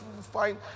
fine